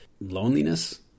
loneliness